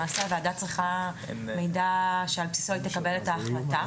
למעשה הוועדה צריכה מידע שעל בסיסו היא תקבל את ההחלטה.